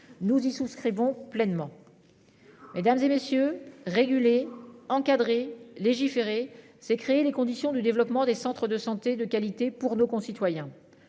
Nous y souscrivons pleinement. Mesdames et messieurs régulée, encadrée légiférer, c'est créer les conditions du développement des centres de santé de qualité pour nos concitoyens.